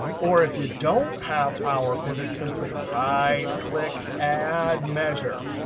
or if you don't have power pivot, simply right-click, add measure.